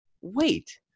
wait